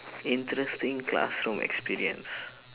interesting classroom experience